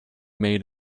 made